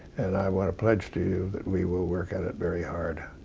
and i want to pledge to you that we will work at it very hard.